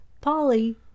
Polly